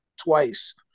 twice